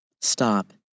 Stop